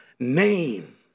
Name